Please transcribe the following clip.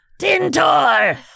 Tintor